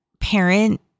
parent